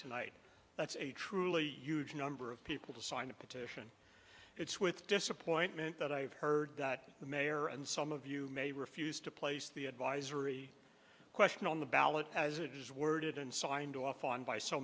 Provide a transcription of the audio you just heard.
tonight that's a truly huge number of people to sign a petition it's with disappointment that i have heard that the mayor and some of you may refuse to place the advisory question on the ballot as it is worded and signed off on by so